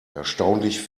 erstaunlich